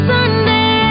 Sunday